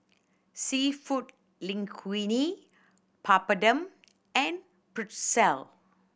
Seafood Linguine Papadum and Pretzel